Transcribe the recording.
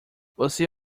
você